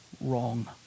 wrong